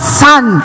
son